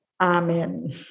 amen